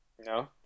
No